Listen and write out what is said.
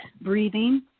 breathing